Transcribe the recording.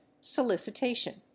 Solicitation